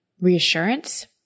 reassurance